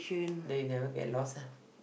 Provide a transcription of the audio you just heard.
they never get lost lah